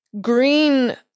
green